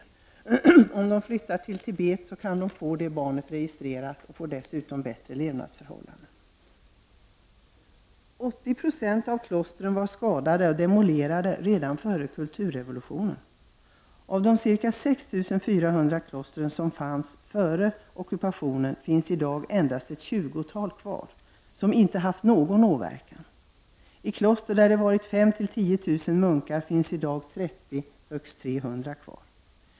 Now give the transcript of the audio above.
Om dessa kineser flyttar till Tibet kan detta barn registreras samtidigt som deras levnadsförhållanden blir bättre. Redan före kulturrevolutionen var 80 % av klostren skadade och demolerade. Av de ca 6 400 kloster som fanns före ockupationen finns i dag endast ett tjugotaltal kvar som inte utsatts för någon åverkan. I kloster där det har funnits 5 000-- 10 000 munkar finns i dag endast 30 och högst 300 kvar.